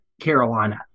Carolina